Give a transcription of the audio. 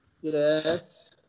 Yes